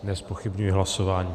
Nezpochybňuji hlasování.